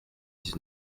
dix